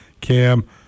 Cam